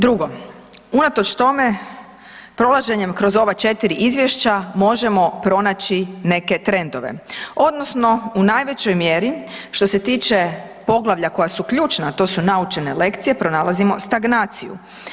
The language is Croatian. Drugo unatoč tome prolaženjem kroz ova 4 izvješća možemo pronaći neke trendove odnosno u najvećoj mjeri što se tiče poglavlja koja su ključna to su naučene lekcije, pronalazimo stagnaciju.